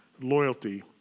loyalty